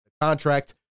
contract